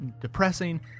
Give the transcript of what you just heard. depressing